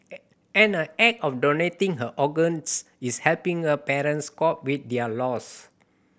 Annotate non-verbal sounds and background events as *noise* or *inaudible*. *unintelligible* and her act of donating her organs is helping her parents cope with their loss